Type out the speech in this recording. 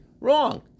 Wrong